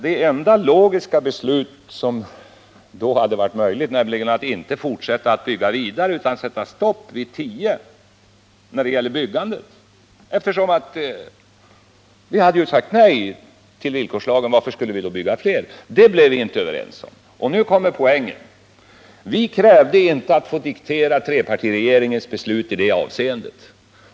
Det enda logiska beslut som då hade varit möjligt var att inte fortsätta att bygga vidare utan sätta stopp vid tio aggregat när det gäller byggandet. Vi hade ju enligt villkorslagen sagt nej till laddning. Varför skulle vi då bygga fler aggregat? Det beslutet blev vi emellertid inte överens om, och nu kommer poängen: Vi krävde inte att få diktera trepartiregeringens beslut i det avseendet.